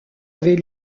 avait